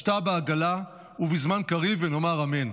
השתא בעגלה ובזמן קריב, ונאמר אמן.